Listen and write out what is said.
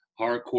hardcore